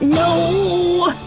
no!